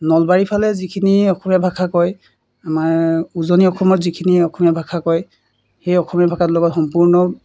নলবাৰীৰ ফালে যিখিনি অসমীয়া ভাষা কয় আমাৰ উজনি অসমত যিখিনি অসমীয়া ভাষা কয় সেই অসমীয়া ভাষাৰ লগত সম্পূৰ্ণ